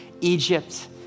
Egypt